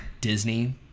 Disney